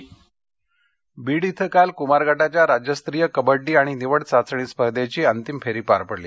कबड्डी बीड इथं काल कुमार गटाच्या राज्यस्तरीय कबड्डी आणि निवड चाघणी स्पर्धेची अंतिम फेरी पार पडली